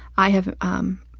i have, um